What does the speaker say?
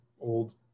old